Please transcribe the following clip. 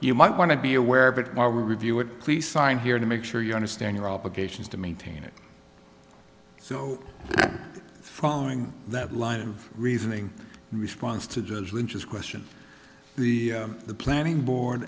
you might want to be aware of it or review it please sign here to make sure you understand your obligations to maintain it so following that line of reasoning in response to judge lynch is question the the planning board